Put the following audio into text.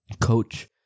coach